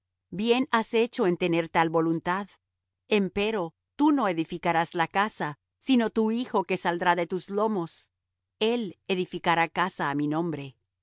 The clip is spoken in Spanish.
bien has hecho en tener tal voluntad empero tú no edificarás la casa sino tu hijo que saldrá de tus lomos él edificará casa á mi nombre